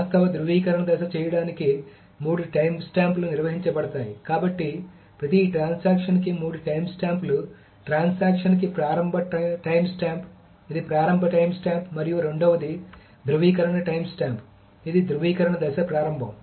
వాస్తవ ధ్రువీకరణ దశ చేయడానికి మూడు టైమ్ స్టాంపులు నిర్వహించబడతాయి కాబట్టి ప్రతి ట్రాన్సాక్షన్ కి మూడు టైమ్స్టాంప్లు ట్రాన్సాక్షన్ కి ప్రారంభ టైమ్స్టాంప్ ఇది ప్రారంభ టైమ్స్టాంప్ మరియు రెండవది ధ్రువీకరణ టైమ్స్టాంప్ ఇది ధ్రువీకరణ దశ ప్రారంభం